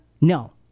no